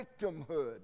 victimhood